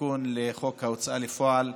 תיקון לחוק ההוצאה לפועל,